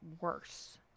worse